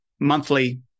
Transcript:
monthly